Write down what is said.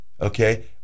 Okay